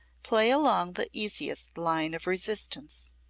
play along the easiest line of resistance.